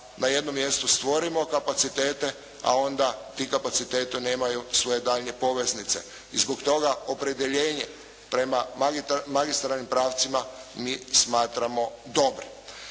na jednom mjestu stvorimo kapacitete a onda ti kapaciteti nemaju svoje daljnje poveznice. I zbog toga opredjeljenje prema magistralnim pravcima mi smatramo dobrim.